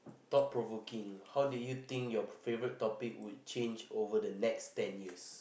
thought-provoking how do you think your favourite topic would change over the next ten years